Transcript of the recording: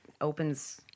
opens